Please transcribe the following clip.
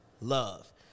love